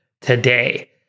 today